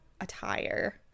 attire